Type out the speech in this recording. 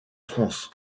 france